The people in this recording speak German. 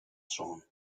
schon